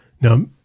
Now